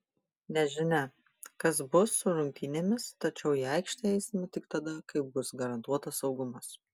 nežinia kas bus su rungtynėmis tačiau į aikštę eisime tik tada kai bus garantuotas saugumas